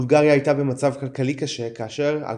בולגריה הייתה במצב כלכלי קשה כאשר על